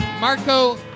Marco